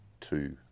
two